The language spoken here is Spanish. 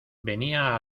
venía